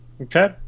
Okay